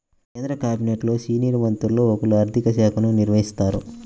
కేంద్ర క్యాబినెట్లోని సీనియర్ మంత్రుల్లో ఒకరు ఆర్ధిక శాఖను నిర్వహిస్తారు